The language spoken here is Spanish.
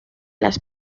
las